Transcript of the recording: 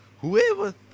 Whoever